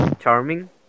Charming